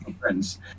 friends